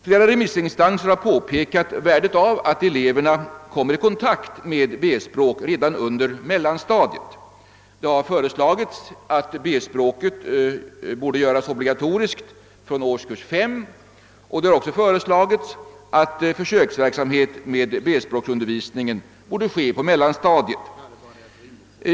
Flera remissinstanser har påpekat värdet av att eleverna kommer i kontakt med B-språk redan under mellanstadiet. Det har föreslagits att B-språket skulle göras obligatoriskt från årskurs 5, och det har också föreslagits att försöksverksamhet med B språksundervisning skulle ske på mellanstadiet.